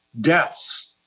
deaths